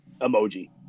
emoji